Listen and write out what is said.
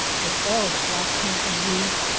with all its black paint and rouge,